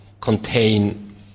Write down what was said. contain